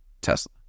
Tesla